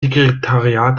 sekretariat